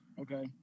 Okay